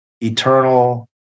eternal